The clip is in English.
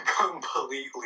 completely